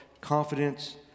confidence